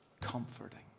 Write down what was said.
comforting